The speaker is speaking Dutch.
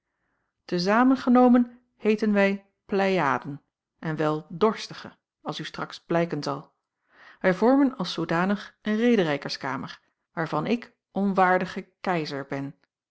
te zamen genomen heeten wij pleiaden en wel dorstige als u straks blijken zal wij vormen als zoodanig een rederijkerskamer waarvan ik onwaardige keizer ben